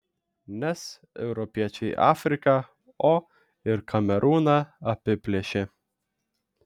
nes europiečiai afriką o ir kamerūną apiplėšė